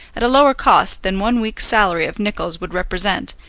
at a lower cost than one week's salary of nicol's would represent,